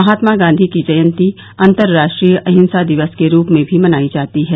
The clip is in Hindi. महात्मा गांधी की जयन्ती अंतर्राष्ट्रीय अहिंसा दिवस के रूप में भी मनाई जाती है